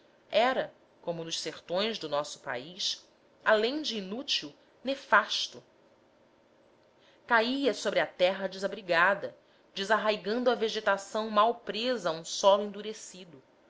era como nos sertões do nosso país além de inútil nefasto caía sobre a terra desabrigada desarraigando a vegetação mal presa a um solo endurecido